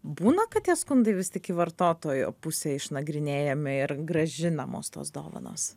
būna kad tie skundai vis tik į vartotojo pusę išnagrinėjami ir grąžinamos tos dovanos